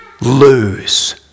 lose